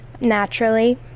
naturally